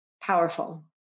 Powerful